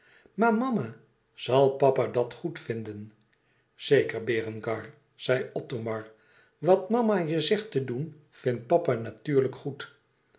maar mama zal papa dat goed vinden zeker berengar zei othomar wat mama je zegt te doen vindt papa natuurlijk goed